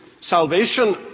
salvation